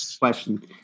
question